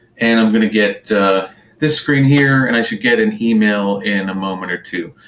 and i'm going to get this frame here, and i should get an email in a moment, or two.